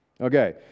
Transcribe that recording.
Okay